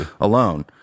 alone